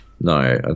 No